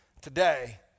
Today